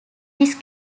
this